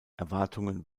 erwartungen